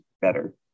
better